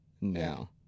now